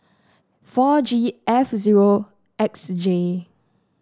four G F zero X J